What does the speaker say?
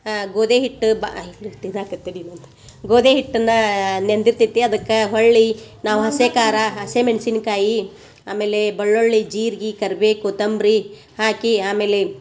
ಗೋದಿ ಹಿಟ್ಟು ಬಾ ಗೋದಿ ಹಿಟ್ಟನ್ನ ನೆಂದಿರ್ತೈತೆ ಅದಕ್ಕೆ ಹೊಳ್ಳಿ ನಾವು ಹಸಿ ಖಾರ ಹಸಿ ಮೆಣ್ಸಿನ್ಕಾಯಿ ಆಮೇಲೆ ಬೆಳ್ಳುಳ್ಳಿ ಜೀರ್ಗಿ ಕರ್ಬೇ ಕೊತಂಬರಿ ಹಾಕಿ ಆಮೇಲೆ